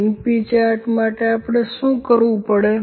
np chart માટે આપણે શું કરવુ પડે